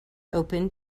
open